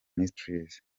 ministries